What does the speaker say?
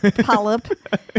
polyp